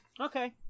Okay